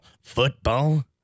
Football